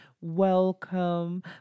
Welcome